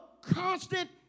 constant